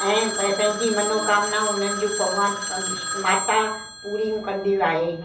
ऐं पंहिंजी मनोकामना उन्हनि जूं भॻिवान माता पूरियूं कंदियूं आहे